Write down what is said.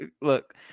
Look